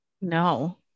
No